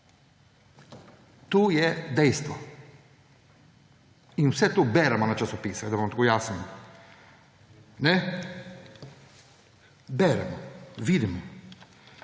To je dejstvo. Vse to beremo v časopisih, da bom tako jasen. Beremo, vidimo.